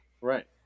right